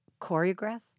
choreograph